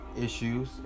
issues